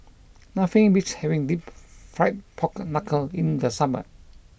nothing beats having Deep Fried Pork Knuckle in the summer